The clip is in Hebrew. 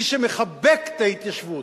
מי שמחבק את ההתיישבות,